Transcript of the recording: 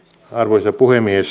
arvoisa puhemies